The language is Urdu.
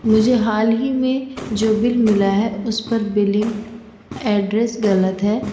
مجھے حال ہی میں جو بل ملا ہے اس پر بلنگ ایڈریس غلط ہے